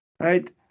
Right